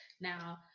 now